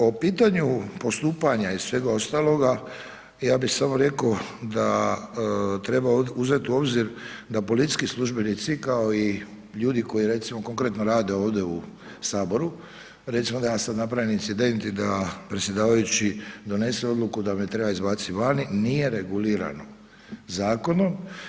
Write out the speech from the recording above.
O pitanju postupanja i svega ostaloga, ja bih samo rekao da treba uzeti u obzir da policijski službenici, kao i ljudi koji recimo, konkretno rade ovdje u Saboru, recimo da ja sad napravim incident i da predsjedavajući donese odluku da me treba izbaciti vani, nije regulirano zakonom.